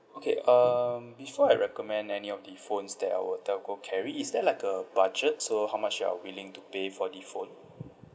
okay um before I recommend any of the phones that our telco carry is there like a budget so how much you are willing to pay for the phone